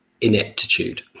ineptitude